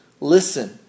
listen